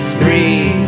three